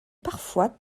parfois